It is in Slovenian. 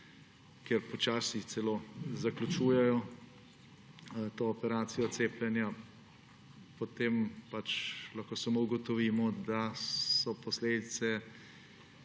kjer počasi celo zaključujejo to operacijo cepljenja, potem lahko samo ugotovimo, da so posledice